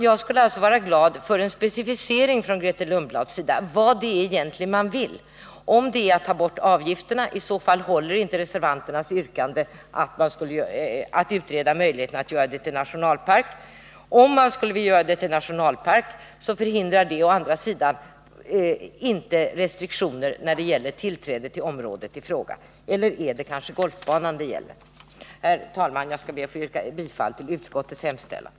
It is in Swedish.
Jag skulle vara glad för att få en specificering från Grethe Lundblad av vad man egentligen vill. Om man vill avskaffa avgifterna, håller inte reservanternas yrkande om att utreda möjligheterna att göra området till nationalpark. Om det å andra sidan görs till nationalpark, förhindrar det inte restriktioner när det gäller tillträde till området. Eller är det kanske golfbanan det gäller? Herr talman! Jag ber att få yrka bifall till utskottets hemställan.